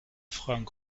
frank